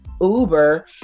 uber